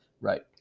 Right